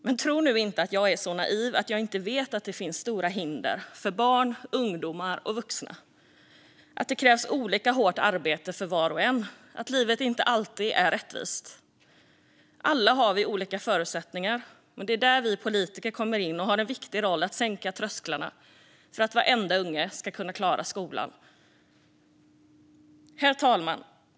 Men tro nu inte att jag är så naiv att jag inte vet att det finns stora hinder för barn, ungdomar och vuxna, att det krävs olika hårt arbete för var och en och att livet inte alltid är rättvist. Alla har vi olika förutsättningar. Det är där vi politiker kommer in och har en viktig roll att sänka trösklarna för att varenda unge ska kunna klara skolan. Herr talman!